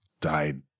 died